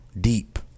deep